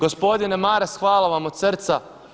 Gospodine Maras, hvala vam od srca.